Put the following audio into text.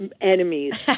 enemies